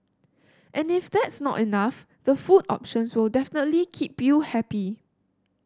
and if that's not enough the food options will definitely keep you happy